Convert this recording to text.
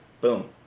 Boom